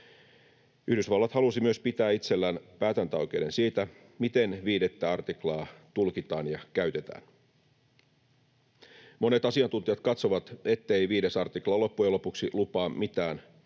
Yhdysvallat halusi myös pitää itsellään päätäntäoikeuden siitä, miten 5 artiklaa tulkitaan ja käytetään. Monet asiantuntijat katsovat, ettei 5 artikla loppujen lopuksi lupaa mitään, mutta